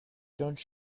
don’t